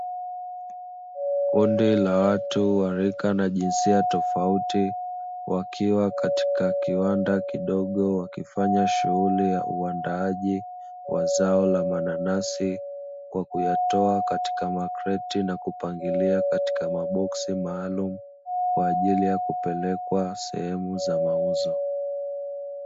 Kundi la watu wa rika na jinsia tofauti, wakiwa katika kiwanda kidogo wakifanya shughuli ya uandaaji wa zao la mananasi, kwa kuyatoa katika makreti na kupangilia katika maboksi maalumu kwa ajili ya kupelekwa sehemu za mauzo.